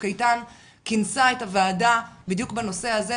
איתן" כינסה את הוועדה בדיוק בנושא הזה,